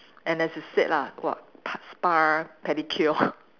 and as you said lah what pa~ spa pedicure